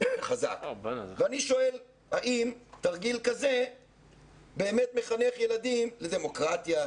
אני שואל האם תרגיל כזה באמת מחנך ילדים לדמוקרטיה,